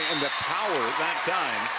power that time.